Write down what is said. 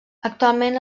actualment